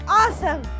awesome